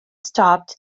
stopped